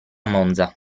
monza